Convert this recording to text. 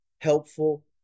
helpful